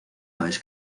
aves